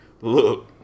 Look